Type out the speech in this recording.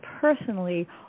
personally